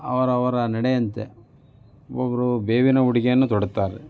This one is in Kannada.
ಅವರವರ ನಡೆಯಂತೆ ಒಬ್ರೊಬ್ರು ಬೇವಿನ ಉಡುಗೆಯನ್ನು ತೊಡುತ್ತಾರೆ